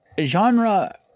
genre